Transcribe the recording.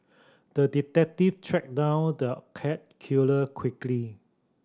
the detective tracked down the cat killer quickly